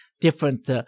different